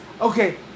okay